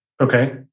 Okay